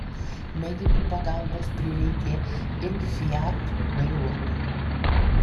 medikų pagalbos prireikė ir fiat vairuotojui